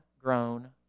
grown